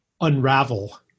unravel